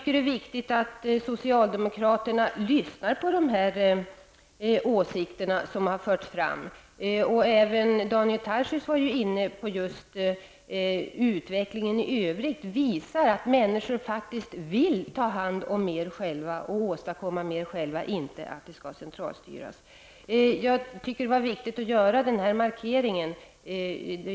Det är viktigt att socialdemokraterna lyssnar på de åsikter som har förts fram. Daniel Tarschys var också inne på att utvecklingen i övrigt visar att människor faktiskt vill ta hand om mer själva och åstadkomma mer själva. Man vill inte att det skall centralstyras. Jag tycker att det var viktigt att göra denna markering.